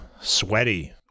sweaty